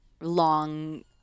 long